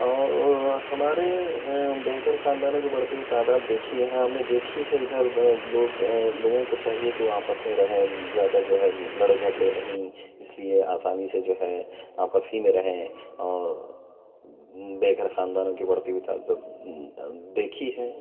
اور ہمارے بے گھر خاندانوں کی بڑھتی ہوئی تعداد دیکھی ہے ہاں ہم نے دیکھی ہے ادھر ادھر لوگ لوگوں کو چاہیے کہ وہ آپس میں رہیں زیادہ جو ہے لڑیں جھگڑیں نہیں اس لیے آسانی سے جو ہے آپس ہی میں رہیں اور بے گھر خاندانوں کی بڑھتی ہوئی تعداد دیکھی ہے